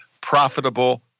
profitable